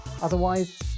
Otherwise